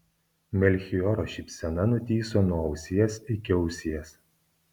melchioro šypsena nutįso nuo ausies iki ausies